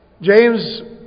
James